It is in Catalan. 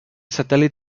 satèl·lit